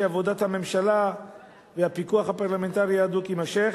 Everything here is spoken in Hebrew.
שעבודת הממשלה והפיקוח הפרלמנטרי ההדוק יימשכו.